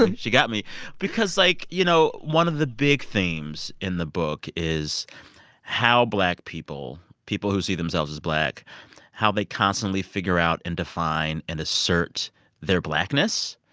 and she got me because like, you know, one of the big themes in the book is how black people people who see themselves as black how they constantly figure out and define and assert their blackness.